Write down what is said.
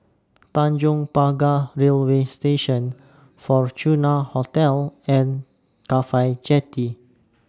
Tanjong Pagar Railway Station Fortuna Hotel and Cafhi Jetty